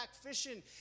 fishing